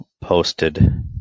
posted